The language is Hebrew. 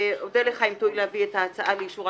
אודה לך אם תואיל להביא את ההצעה לאישורה